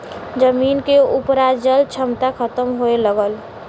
जमीन के उपराजल क्षमता खतम होए लगल